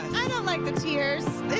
like the tears.